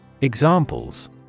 Examples